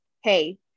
Hey